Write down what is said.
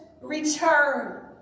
return